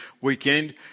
weekend